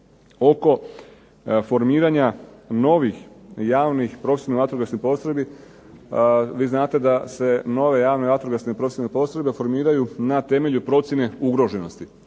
Oko formiranja novih javnih vatrogasnih postrojbi vi znate da se nove javne profesionalne vatrogasne postrojbe formiraju na temelju procjene ugroženosti.